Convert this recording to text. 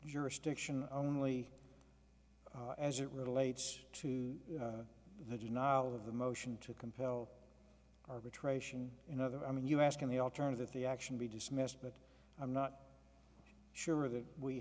jurisdiction only as it relates to the denial of the motion to compel arbitration in other i mean you ask in the alternative the action be dismissed but i'm not sure of that we